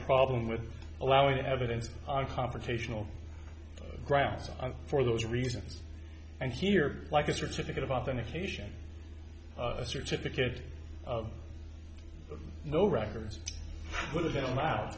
problem with allowing evidence on confrontational grounds for the reasons and here like a certificate of authentication a certificate of no records would have been allowed